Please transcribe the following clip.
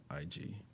IG